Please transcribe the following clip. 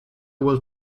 will